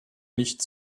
nicht